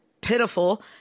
pitiful